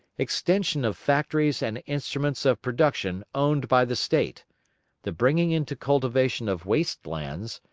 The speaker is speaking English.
extension of factories and instruments of production owned by the state the bringing into cultivation of waste-lands,